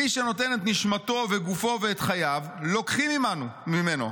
מי שנותן את נשמתו, גופו וחייו, לוקחים ממנו.